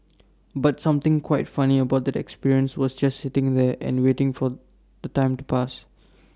but something quite funny about the experience was just sitting there and waiting for the time to pass